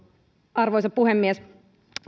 arvoisa puhemies